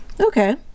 Okay